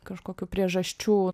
kažkokių priežasčių